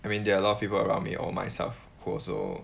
I mean there are a lot of people around me or myself who also